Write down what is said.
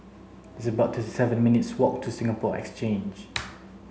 it's about thirty seven minutes' walk to Singapore Exchange